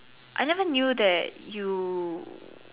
I never knew that you